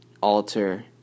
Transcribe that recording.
alter